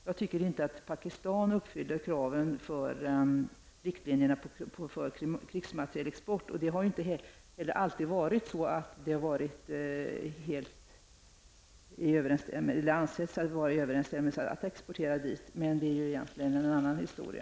Jag tycker inte att Pakistan uppfyller kraven när det gäller riktlinjerna för krigsmaterielexport. Det har ju inte heller alltid ansetts lämpligt att vi skall exportera dit. Men det är ju egentligen en annan historia.